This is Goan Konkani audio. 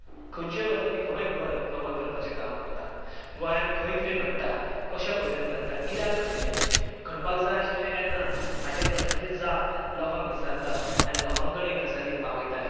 खंयच्यो गजाली गोंय भर कवर करपाचें काम करता गोंयांत खंय कितें घडटा कशे पद्दतीन घडटा कित्याक घडलें घडपाक जाय आशिल्लें काय ना हाज्या प्रस्नांची जाप लोकांक विचारता आनी लोकां कडेन गजाली पावयताय